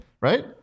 right